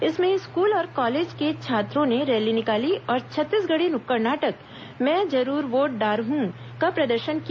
इसमें स्कूल और कॉलेज के छात्रों ने रैली निकाली और छत्तीसगढ़ी नुक्कड़ नाटक मैं जरूर वोट डारहू का प्रदर्शन किया